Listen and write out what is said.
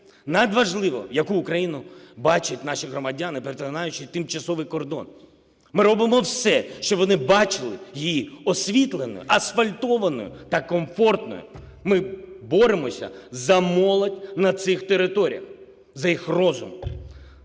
Надважливо, яку Україну бачать наші громадяни, перетинаючи тимчасовий кордон. Ми робимо все, щоб вони бачили її освітленою, асфальтованою та комфортною. Ми боремося за молодь на цих територіях, за їх розум.